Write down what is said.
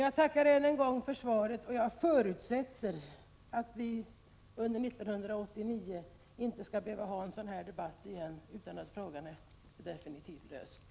Jag tackar än en gång för svaret, och jag förutsätter att vi under 1989 inte skall behöva ha en sådan här debatt, utan att frågan är definitivt löst.